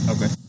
Okay